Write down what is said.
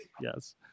Yes